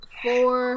four